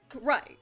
Right